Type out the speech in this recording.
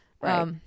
Right